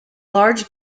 large